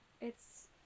it's-